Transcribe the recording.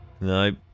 Nope